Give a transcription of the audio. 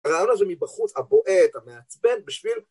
הרעיון הזה מבחוץ, הבועט, המעצבן, בשביל...